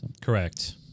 Correct